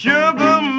Sugar